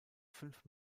fünf